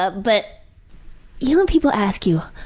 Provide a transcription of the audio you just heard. ah but you know when people ask you,